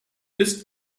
ist